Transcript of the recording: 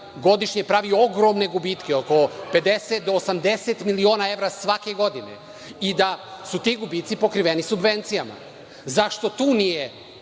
godišnje pravi ogromne gubitke oko 50 do 80 miliona evra svake godine i da su ti gubici pokriveni subvencijama. Zašto tu nije